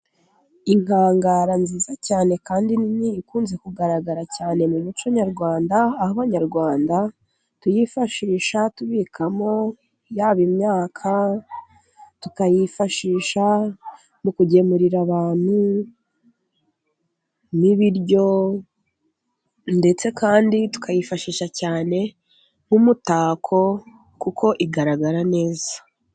Inkangara nziza cyane kandi nini, ikunze kugaragara cyane mu muco nyarwanda, aho abanyarwanda tuyifashisha tubikamo, yaba imyaka, tukayifashisha mu kugemurira abantu n'ibiryo ndetse, kandi tukayifashisha cyane nk'umutako, kuko igaragara neza.